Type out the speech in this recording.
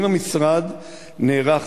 האם המשרד נערך?